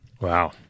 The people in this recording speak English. Wow